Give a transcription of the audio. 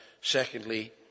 secondly